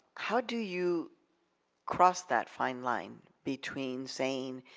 how do you cross that fine line between saying,